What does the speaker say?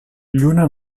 lluna